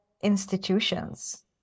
institutions